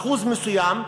אחוז מסוים,